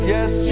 Yes